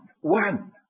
one